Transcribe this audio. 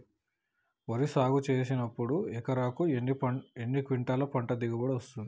వరి సాగు చేసినప్పుడు ఎకరాకు ఎన్ని క్వింటాలు పంట దిగుబడి వస్తది?